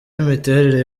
imiterere